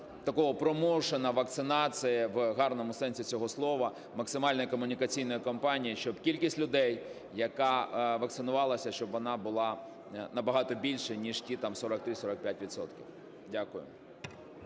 такого промоушену вакцинації в гарному сенсі цього слова, максимальної комунікаційної кампанії. Щоб кількість людей, яка вакцинувалася, щоб вона була набагато більша, ніж ті там 43-45